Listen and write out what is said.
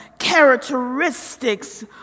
characteristics